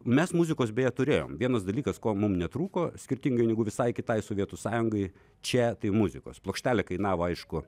mes muzikos beje turėjom vienas dalykas ko mums netrūko skirtingai negu visai kitai sovietų sąjungai čia tai muzikos plokštelė kainavo aišku